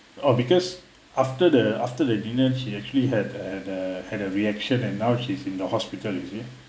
oh because after the after the dinner she actually had a had a had a reaction and now she's in the hospital you see